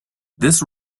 this